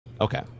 Okay